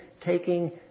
taking